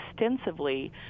extensively